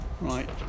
right